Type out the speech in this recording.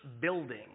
building